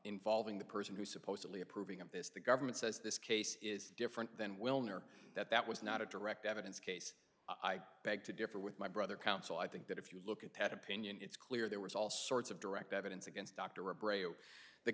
involving the person who supposedly approving of this the government says this case is different than wilner that that was not a direct evidence case i beg to differ with my brother counsel i think that if you look at ted opinion it's clear there was all sorts of direct evidence against dr a breyer the